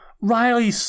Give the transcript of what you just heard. riley